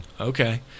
okay